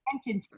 attention